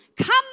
come